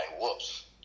whoops